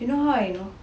you know how I know